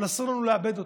אבל אסור לנו לאבד אותו,